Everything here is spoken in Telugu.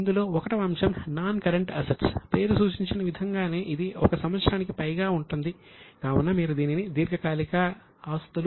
ఇందులో 1 వ అంశం నాన్ కరెంట్ అసెట్స్ అసెట్స్ అంటే కనపడని ఆస్తులు